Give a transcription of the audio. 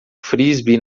frisbee